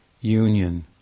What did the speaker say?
union